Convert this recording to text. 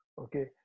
okay